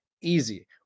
easy